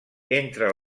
entre